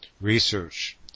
research